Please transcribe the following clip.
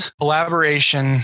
collaboration